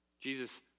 Jesus